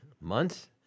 months